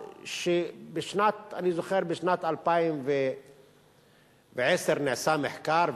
אני זוכר שבשנת 2010 נעשה מחקר,